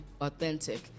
authentic